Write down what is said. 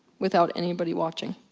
without anybody watching.